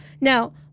Now